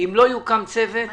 שאם לא יוקם צוות לא